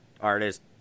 artist